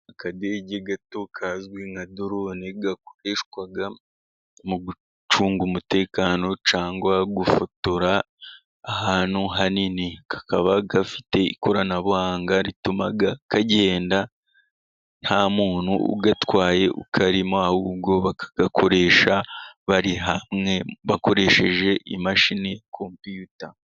Akadege gato kazwi nka dorone gakoreshwa mu gucunga umutekano cyangwa gufotora ahantu hanini. Kakaba gafite ikoranabuhanga rituma kagenda nta muntu ugatwaye, ukarimo ahubwo bakagakoresha bari hamwe bakoresheje imashini computa.